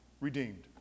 redeemed